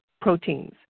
proteins